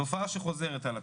תופעה שחוזרת על עצמה.